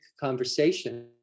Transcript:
conversation